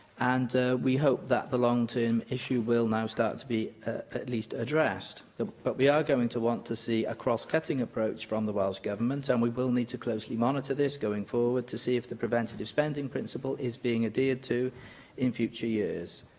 and we hope that the long-term issue will now start to be at least addressed. but we are going to want to see a cross-cutting approach from the welsh government and we will need to closely monitor this going forward to see if the preventative spending principle is being adhered to in future years.